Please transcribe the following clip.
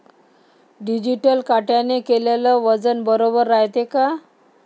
Digital काट्याने केलेल वजन बरोबर रायते का?